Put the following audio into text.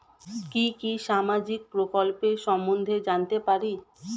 কি কি সামাজিক প্রকল্প সম্বন্ধে জানাতে পারি?